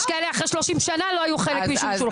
יש כאלה אחרי 30 שנה לא היו חלק משום שולחן.